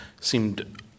seemed